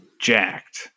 jacked